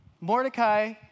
Mordecai